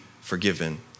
forgiven